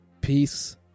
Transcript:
Peace